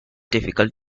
difficult